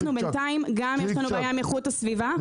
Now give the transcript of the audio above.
בינתיים יש לנו בעיה עם איכות הסביבה,